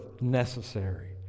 necessary